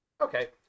Okay